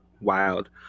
Wild